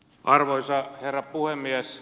arvoisa herra puhemies